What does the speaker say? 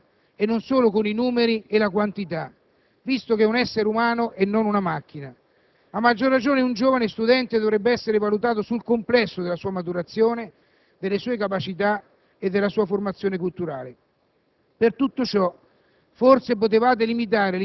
debba essere valutato nel complesso della sua personalità e non solo con i numeri e la quantità, visto che è un essere umano e non una macchina; a maggior ragione un giovane studente dovrebbe essere valutato sul complesso della sua maturazione, delle sue capacità e della sua formazione culturale.